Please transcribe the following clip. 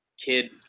kid –